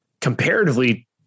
comparatively